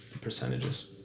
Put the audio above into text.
percentages